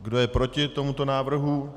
Kdo je proti tomuto návrhu?